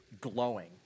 glowing